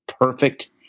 perfect